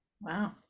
Wow